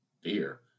beer